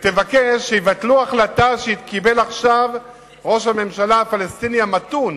ותבקש שיבטלו החלטה שקיבל עכשיו ראש הממשלה הפלסטיני המתון,